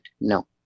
No